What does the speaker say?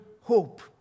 hope